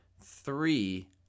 Three